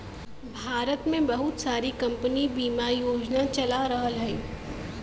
भारत में बहुत सारी कम्पनी बिमा योजना चला रहल हयी